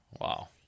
Wow